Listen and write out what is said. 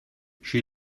she